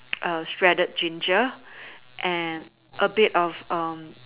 shredded ginger and a bit of